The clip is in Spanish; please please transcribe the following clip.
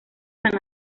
san